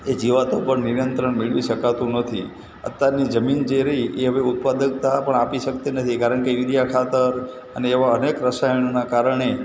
એ જીવાતો પર નિયંત્રણ મેળવી શકાતું નથી અત્યારની જમીન જે રહીં એ હવે ઉત્પાદકતા પણ આપી શકતી નથી કારણ કે યુરિયા ખાતર અને એવા અનેક રસાયણોના કારણે